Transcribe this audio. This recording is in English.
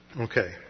Okay